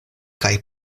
kaj